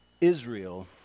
Israel